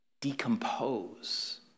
decompose